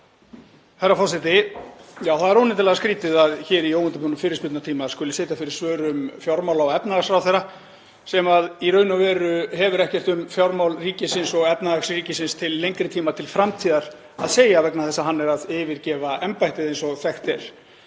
Herra forseti. Já, það er óneitanlega skrýtið að hér í óundirbúnum fyrirspurnatíma skuli sitja fyrir svörum fjármála- og efnahagsráðherra sem hefur í raun og veru ekkert um fjármál ríkisins og efnahag ríkisins til lengri tíma, til framtíðar að segja vegna þess að hann er að yfirgefa embættið eins og þekkt er.